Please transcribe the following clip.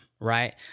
right